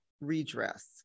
redress